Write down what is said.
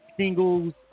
singles